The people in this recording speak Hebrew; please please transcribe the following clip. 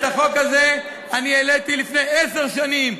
את החוק הזה אני העליתי לפני עשר שנים,